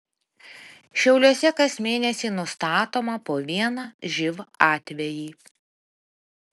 šiauliuose kas mėnesį nustatoma po vieną živ atvejį